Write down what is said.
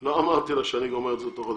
אני לא אמרתי לה שאני גומר את זה תוך חודש.